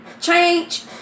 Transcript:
change